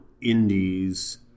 indies